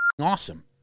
awesome